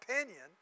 opinion